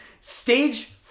Stage